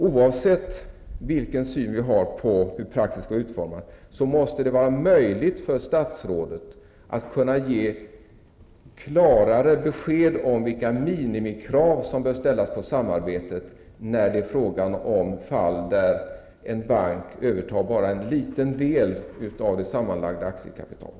Oavsett vilken syn vi har på praxis, kvarstår att det måste vara möjligt för statsrådet att kunna ge klarare besked om vilka minimikrav som bör ställas på samarbetet i fall där en bank endast övertar en liten del av det sammanlagda aktiekapitalet.